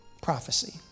prophecy